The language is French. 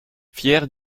fier